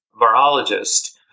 virologist